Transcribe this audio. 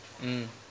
mm